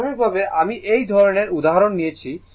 প্রাথমিকভাবে আমি এই ধরণের উদাহরণ নিয়েছি